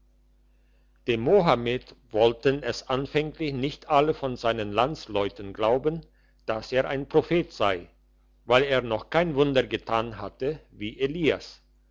dem mohammed wollten es anfänglich nicht alle von seinen landsleuten glauben dass er ein prophet sei weil er noch kein wunder getan hatte wie elias